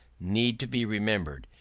need to be remembered,